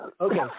Okay